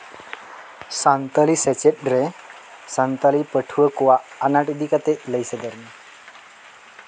ᱥᱟᱱᱛᱟᱲᱤ ᱥᱮᱪᱮᱫ ᱨᱮ ᱥᱟᱱᱛᱟᱲᱤ ᱯᱟᱹᱴᱷᱩᱣᱟᱹ ᱠᱚᱣᱟᱜ ᱟᱱᱟᱴ ᱤᱫᱤ ᱠᱟᱛᱮᱫ ᱞᱟᱹᱭ ᱥᱚᱫᱚᱨ ᱢᱮ